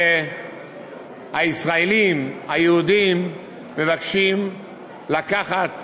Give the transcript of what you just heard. שהישראלים, היהודים, מבקשים לקחת